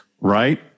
Right